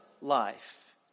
life